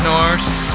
Norse